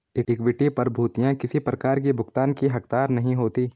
equity प्रभूतियाँ किसी प्रकार की भुगतान की हकदार नहीं होती